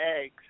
eggs